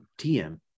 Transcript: TM